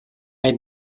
had